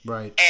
Right